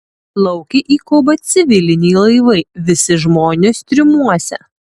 plaukia į kubą civiliniai laivai visi žmonės triumuose